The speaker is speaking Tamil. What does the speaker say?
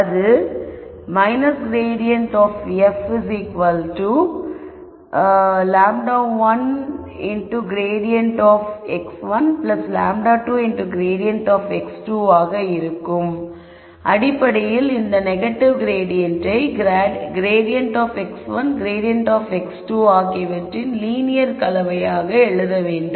அந்த grad ஆப் f என்னிடம் 2 அதாவது λ2 grad h1λ2 grad h2 என்று இருந்தால் அடிப்படையில் இந்த நெகடிவ் க்ரேடியன்ட்டை grad of h1 grad of h2 ஆகியவற்றின் லீனியர் கலவையாக எழுத வேண்டும்